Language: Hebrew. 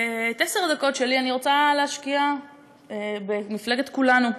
את עשר הדקות שלי אני רוצה להשקיע במפלגת כולנו,